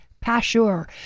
Pashur